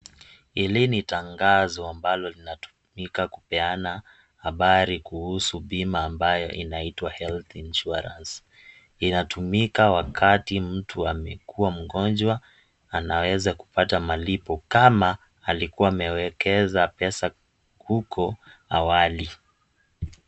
Hili ni tangazo ambalo linatumika kupeana habari kuhusu bima ambayo inaitwa (cs)Health Insurance(cs). Inatumika wakati mtu amekuwa mgonjwa, anaweza kupata malipo kama alikuwa amewekeza pesa uko awali.